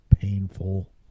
painful